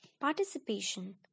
Participation